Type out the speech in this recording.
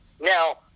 Now